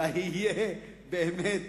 אלא יהיה באמת